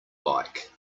bike